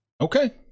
Okay